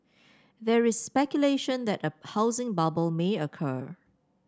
there is speculation that a housing bubble may occur